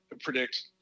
predict